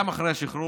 גם אחרי השחרור,